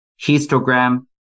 histogram